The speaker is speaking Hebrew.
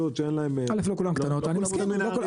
א' לא כולן קטנות ואני מסכים,